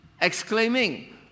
exclaiming